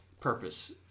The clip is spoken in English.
purpose